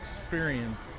experience